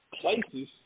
places